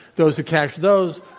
those who cashed those,